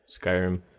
Skyrim